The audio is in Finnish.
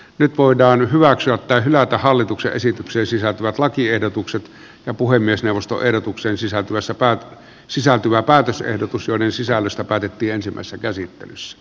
nyt voidaan hyväksyä tai hylätä hallituksen esitykseen sisältyvät lakiehdotukset ja puhemiesneuvoston ehdotukseen sisältyvä päätösehdotus joiden sisällöstä päätettiin ensimmäisessä käsittelyssä